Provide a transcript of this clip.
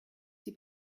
sie